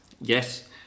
Yes